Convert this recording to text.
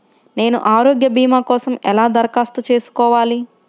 నేను ఆరోగ్య భీమా కోసం ఎలా దరఖాస్తు చేసుకోవాలి?